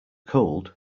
cooled